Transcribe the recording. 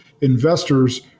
investors